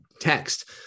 text